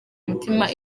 umutima